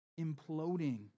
imploding